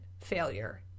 failure